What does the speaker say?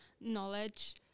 knowledge